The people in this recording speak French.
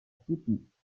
typique